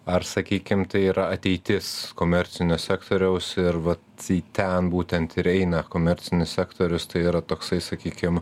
ar sakykim tai yra ateitis komercinio sektoriaus ir vat į ten būtent ir eina komercinis sektorius tai yra toksai sakykim